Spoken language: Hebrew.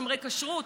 שומרי כשרות,